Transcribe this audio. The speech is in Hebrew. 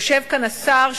יושב כאן השר,